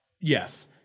Yes